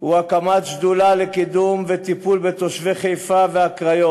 הוא הקמת שדולה לקידום וטיפול בתושבי חיפה והקריות,